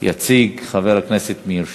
יציג חבר הכנסת מאיר שטרית.